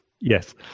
Yes